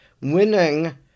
winning